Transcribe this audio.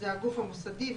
זה הגוף המוסדי,